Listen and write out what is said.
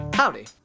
Howdy